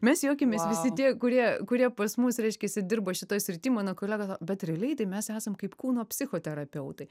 mes juokiamės visi tie kurie kurie pas mus reiškiasi dirba šitoj srity mano kolega sako bet realiai tai mes esam kaip kūno psichoterapeutai